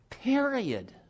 Period